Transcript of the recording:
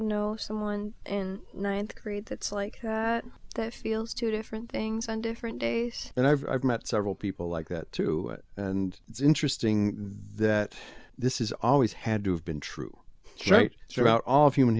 know someone in ninth grade that's like that feels two different things on different days and i've met several people like that to and it's interesting that this is always had to have been true right throughout all of human